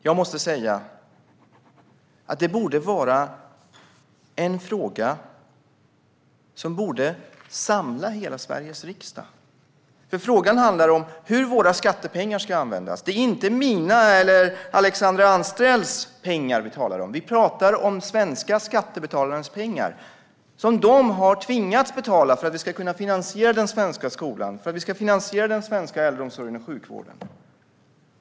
Jag måste säga att detta är en fråga som borde samla hela Sveriges riksdag. Frågan handlar om hur våra skattepengar ska användas. Det är inte mina eller Alexandra Anstrells pengar vi talar om, utan vi talar om svenska skattebetalares pengar, som de har tvingats betala för att vi ska kunna finansiera den svenska skolan, äldreomsorgen och sjukvården.